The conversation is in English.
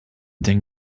than